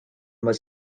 was